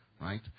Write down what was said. right